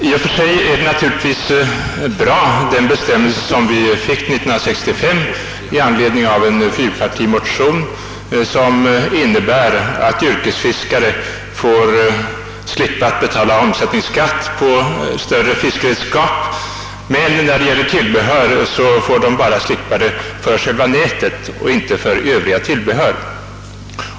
I och för sig är naturligtvis den bestämmelse bra som tillkom 1965 i anledning av en fyrpartimotion med begäran att yrkesfiskare skulle slippa betala omsättningsskatt på större fiskeredskap, men när, det gäller tillbehör slipper de omsättningsskatten bara för själva nätet, inte för övriga tillbehör.